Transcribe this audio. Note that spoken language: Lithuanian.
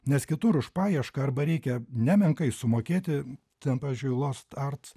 nes kitur už paiešką arba reikia nemenkai sumokėti ten pavyzdžiui lost art